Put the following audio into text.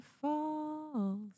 falls